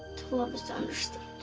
to love is to understand.